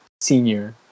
senior